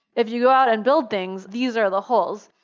if you go out and build things, these are the holes.